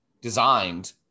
designed